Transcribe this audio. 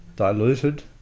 Diluted